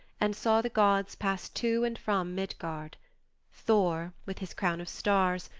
and saw the gods pass to and from midgard thor, with his crown of stars,